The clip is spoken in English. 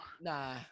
nah